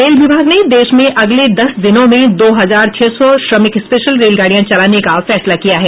rail विभाग ने देश में अगले दस दिनों में दो हजार छह सौ श्रमिक स्पेशल रेलगाड़ियां चलाने का फैसला किया है